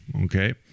okay